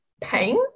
pain